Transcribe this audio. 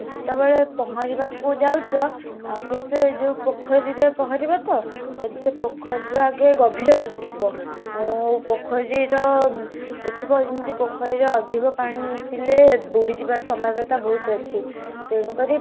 ଯେତେବେଳେ ପହଁରିବାକୁ ଯାଉଛ ଆଗେ ସେ ଯେଉଁ ପୋଖରୀରେ ପହଁରିବ ତ ସେ ସେ ପୋଖରୀର ଆଗେ ଗଭୀରତା ଦେଖିବ ଓ ପୋଖରୀର ଦେଖିବ ଯେମିତି ପୋଖରୀର ଅଧିକ ପାଣି ଥିଲେ ବୁଡ଼ିଯିବାର ସମ୍ଭାବତା ବହୁତ ଅଛି ତେଣୁ କରି